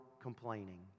complaining